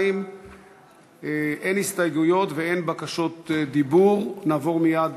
2). אין הסתייגויות ואין בקשות דיבור, נעבור מייד